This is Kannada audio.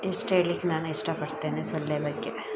ಇಷ್ಟು ಹೇಳ್ಲಿಕ್ಕೆ ನಾನು ಇಷ್ಟಪಡ್ತೇನೆ ಸೊಳ್ಳೆ ಬಗ್ಗೆ